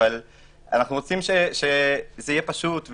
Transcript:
אבל אנו רוצים שזה יהיה פשוט,